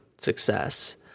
success